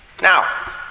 Now